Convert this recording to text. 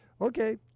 Okay